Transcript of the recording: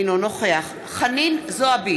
אינו נוכח חנין זועבי,